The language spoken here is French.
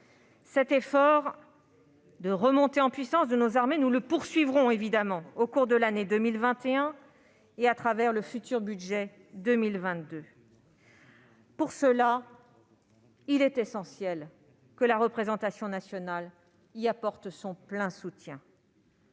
Cet effort de remontée en puissance de nos armées, nous le poursuivrons bien évidemment au cours de l'année 2021 et à travers le budget pour 2022. Il est essentiel que la représentation nationale y apporte son plein soutien,